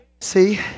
See